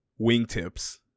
wingtips